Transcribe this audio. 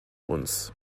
uns